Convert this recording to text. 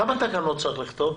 כמה תקנות צריך לכתוב?